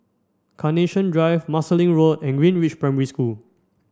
Carnation Drive Marsiling Road and Greenridge Primary School